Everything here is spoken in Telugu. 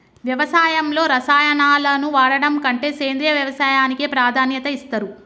వ్యవసాయంలో రసాయనాలను వాడడం కంటే సేంద్రియ వ్యవసాయానికే ప్రాధాన్యత ఇస్తరు